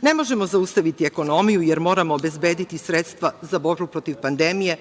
Ne možemo zaustaviti ekonomiju jer moramo obezbediti sredstva za borbu protiv pandemije,